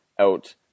out